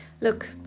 Look